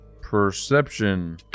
perception